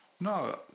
no